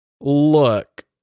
Look